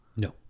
No